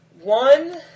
one